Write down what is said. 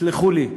ותסלחו לי,